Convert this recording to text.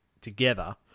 together